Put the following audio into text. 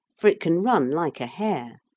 for it can run like a hare,